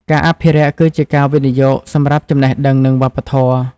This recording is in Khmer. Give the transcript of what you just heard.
ការអភិរក្សគឺជាការវិនិយោគសម្រាប់ចំណេះដឹង និងវប្បធម៌។